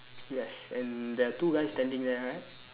yes and there are two guys standing there right